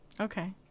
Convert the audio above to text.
Okay